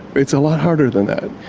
it's a lot harder than that.